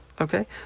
Okay